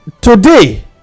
today